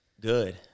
good